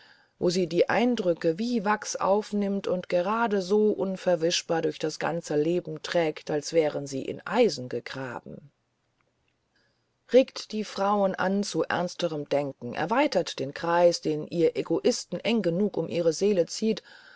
wo sie die eindrücke wie wachs aufnimmt und gerade so unverwischbar durchs ganze leben trägt als wären sie in eisen gegraben regt die frauen an zu ernstem denken erweitert den kreis den ihr egoisten eng genug um ihre seelen zieht